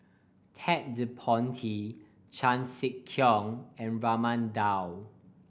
Ted De Ponti Chan Sek Keong and Raman Daud